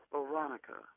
Veronica